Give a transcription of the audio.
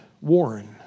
Warren